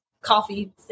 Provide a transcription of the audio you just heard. coffee